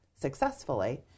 successfully